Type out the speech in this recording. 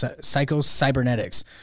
Psycho-Cybernetics